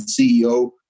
CEO